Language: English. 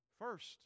First